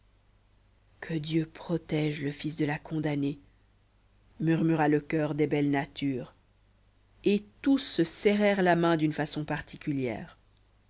que dieu protège le fils de la condamnée murmura le choeur des belles natures et tous se serrèrent la main d'une façon particulière